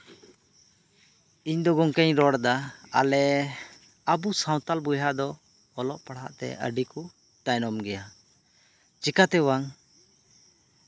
ᱤᱧ ᱫᱚ ᱜᱚᱝᱠᱮᱧ ᱨᱚᱲᱫᱟ ᱟᱵᱚ ᱥᱟᱱᱛᱟᱞ ᱵᱚᱭᱦᱟ ᱫᱚ ᱚᱞᱚᱜ ᱯᱟᱲᱦᱟᱜᱛᱮ ᱟᱹᱰᱤ ᱠᱚ ᱛᱟᱭᱱᱚᱢ ᱜᱮᱭᱟ ᱪᱤᱠᱟᱛᱮ ᱵᱟᱝ